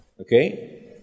Okay